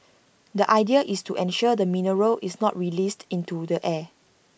the idea is to ensure the mineral is not released into the air